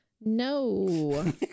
No